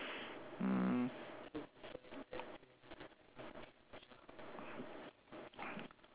mm